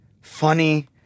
funny